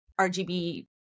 rgb